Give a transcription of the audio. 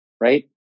right